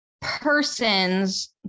person's